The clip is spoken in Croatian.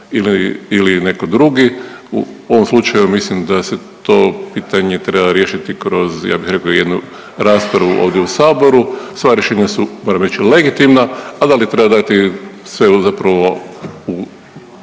ili netko drugi, u ovom slučaju mislim da se to pitanje treba riješiti kroz, ja bih rekao, jednu raspravu ovdje u Saboru, sva rješenja su, moram reći, legitimna, a da li treba dati sve u zapravo u